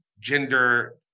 gender